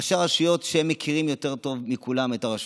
ראשי רשויות, שהם מכירים יותר טוב מכולם את הרשות,